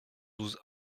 douze